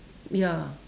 ya